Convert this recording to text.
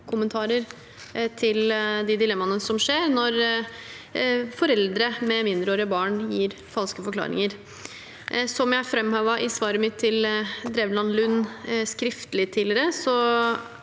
kommentarer til de dilemmaene som oppstår når foreldre med mindreårige barn gir falske forklaringer. Som jeg framhevet skriftlig i svaret mitt til Drevland Lund tidligere –